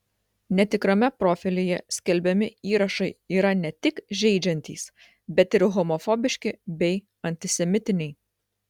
netikrame profilyje skelbiami įrašai yra ne tik žeidžiantys bet ir homofobiški bei antisemitiniai